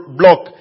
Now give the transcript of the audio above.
block